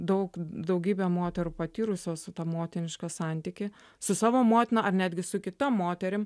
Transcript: daug daugybė moterų patyrusios tą motinišką santykį su savo motina ar netgi su kita moterim